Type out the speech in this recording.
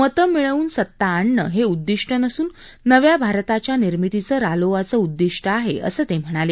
मतं मिळवून सत्ता आणणं हे उद्दिष्ट नसून नव्या भारताच्या निर्मितीचं रालोआचं उद्दिष्ट आहे असं ते म्हणाले